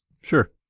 Sure